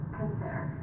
consider